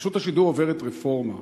רשות השידור עוברת רפורמה.